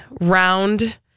round